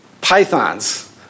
Pythons